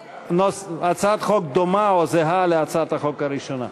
הצעת חוק דומה או זהה להצעת החוק הראשונה.